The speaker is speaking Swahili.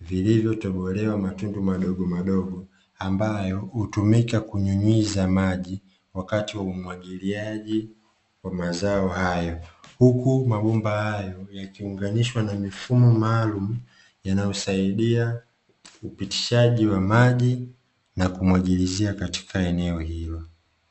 vilivyotobolewa matundu madogomadogo, ambayo hutumika kunyunyiza maji wakati wa umwagiliaji wa mazao hayo. Huku mabomba hayo yakiunganishwa na mifumo maalumu yanayosaidia upitishaji wa maji na kumwagilizia katika eneo hilo.